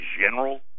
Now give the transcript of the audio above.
general